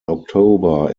october